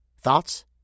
Thoughts